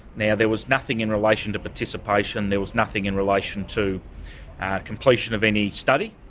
now, there was nothing in relation to participation, there was nothing in relation to completion of any study,